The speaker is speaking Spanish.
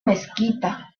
mezquita